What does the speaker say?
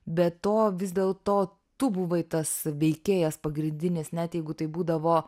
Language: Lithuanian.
be to vis dėlto tu buvai tas veikėjas pagrindinis net jeigu tai būdavo